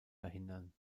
verhindern